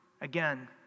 again